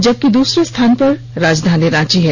जबकि दूसरे स्थान पर राजधानी रांची है